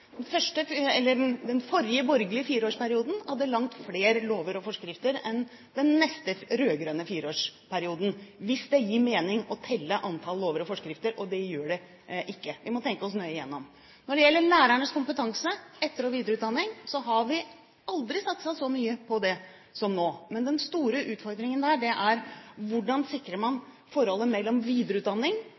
den forrige, borgerlige fireårsperioden hadde en langt flere lover og forskrifter enn i den neste, rød-grønne fireårsperioden, hvis det gir mening å telle antall lover og forskrifter. Og det gjør det ikke. Vi må tenke oss nøye om. Når det gjelder lærernes kompetanse, etter- og videreutdanning, har vi aldri satset så mye på det som nå. Men den store utfordringen der er hvordan man sikrer forholdet mellom videreutdanning